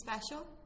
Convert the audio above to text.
special